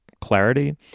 clarity